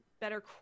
better